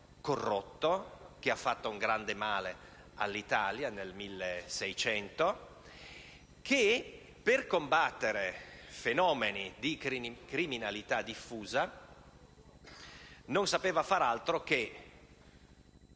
corrotto, che ha fatto un gran male all'Italia nel 1600 e che, per combattere fenomeni di criminalità diffusa, non sapeva far altro che